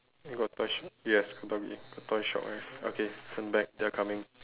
you got toy shop yes doggy got toy shop have okay turn back they are coming